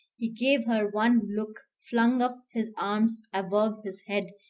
he gave her one look, flung up his arms above his head,